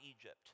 Egypt